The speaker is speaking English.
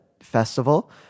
festival